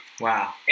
wow